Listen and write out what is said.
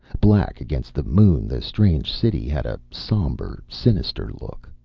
black against the moon the strange city had a somber, sinister look.